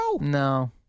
No